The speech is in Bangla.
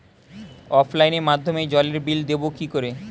অফলাইনে মাধ্যমেই জলের বিল দেবো কি করে?